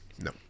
No